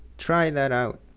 try that out!